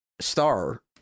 Star